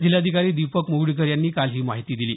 जिल्हाधिकारी दीपक म्गळीकर यांनी काल ही माहिती दिली